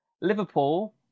Liverpool